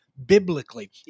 biblically